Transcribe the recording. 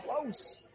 close